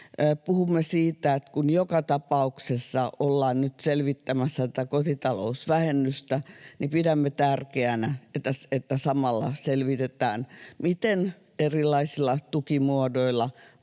Puhumme siitä, että kun joka tapauksessa ollaan nyt selvittämässä tätä kotitalousvähennystä, niin pidämme tärkeänä, että samalla selvitetään, miten erilaisilla tukimuodoilla voisimme